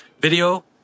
video